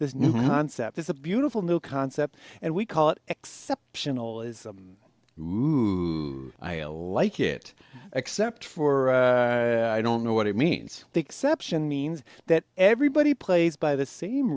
new concept is a beautiful new concept and we call it exceptionalism move like it except for i don't know what it means the exception means that everybody plays by the same